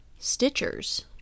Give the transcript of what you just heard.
Stitchers